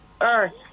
earth